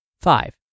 Five